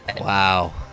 Wow